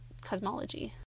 cosmology